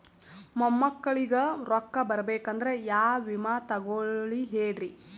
ಮೊಮ್ಮಕ್ಕಳಿಗ ರೊಕ್ಕ ಬರಬೇಕಂದ್ರ ಯಾ ವಿಮಾ ತೊಗೊಳಿ ಹೇಳ್ರಿ?